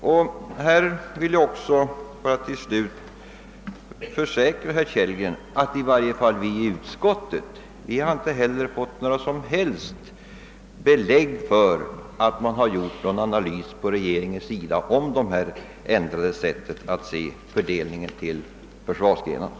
Jag vill också försäkra herr Kellgren, att inte heller i utskottet har vi fått några som helst belägg för att regeringen gjort någon ana lys som ligger till grund för den ändrade synen på fördelningen mellan försvarsgrenarna.